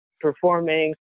performing